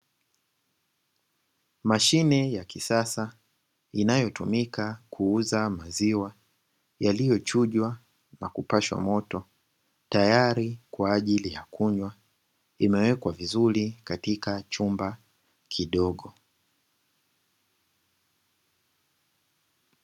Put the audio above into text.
Mashine ya kisasa inayotumika kuuza maziwa yaliyochujwa na kupashwa moto tayari kwa ajili ya kunywa, imewekwa vizuri katika chumba kidogo.